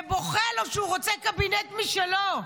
ובוכה לו שהוא רוצה קבינט משלו,